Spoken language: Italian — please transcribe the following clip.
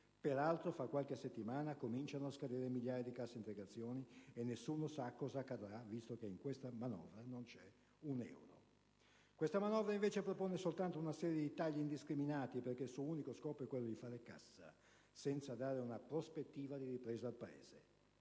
Peraltro, fra qualche settimana comincerà a scadere per migliaia di lavoratori la cassa integrazione, e nessuno sa cosa accadrà, visto che in questa manovra non c'è un euro. Questa manovra invece propone soltanto una serie di tagli indiscriminati, perché il suo unico scopo è quello di fare cassa, senza dare una prospettiva di ripresa al Paese.